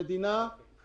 המדינה